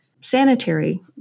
sanitary